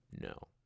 No